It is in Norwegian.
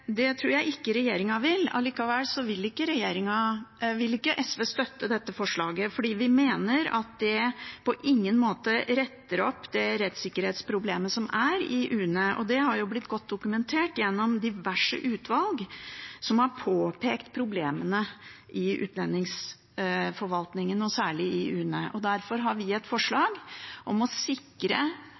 Det tror jeg ikke regjeringen vil. Allikevel vil ikke SV støtte dette forslaget fordi vi mener det på ingen måte retter opp det rettssikkerhetsproblemet som er i UNE. Det har blitt godt dokumentert gjennom diverse utvalg som har påpekt problemene i utlendingsforvaltningen, og særlig i UNE. Derfor har vi et forslag om å sikre